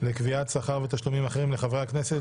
לקביעת שכר ותשלומים אחרים לחברי הכנסת